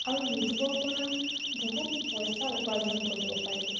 আৰু ইউটিউবৰ পৰা বহুত পইচা উপাৰ্জন কৰিব পাৰি